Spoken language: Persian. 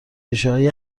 ریشههای